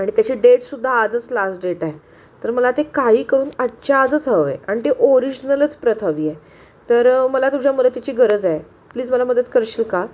आणि त्याचे डेटसुद्धा आजच लास्ट डेट आहे तर मला ते काही करून आजच्या आजच हवं आहे आणि ते ओरिजनलच प्रत हवी आहे तर मला तुझ्या मदतीची गरज आहे प्लीज मला मदत करशील का